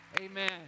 Amen